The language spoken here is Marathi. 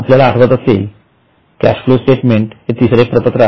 आपल्याला आठवत असेल कॅश फ्लो स्टेटमेंट हे तिसरे प्रपत्र आहे